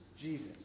Jesus